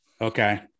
Okay